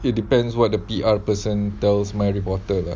it depends what the P_R person tells my reporter lah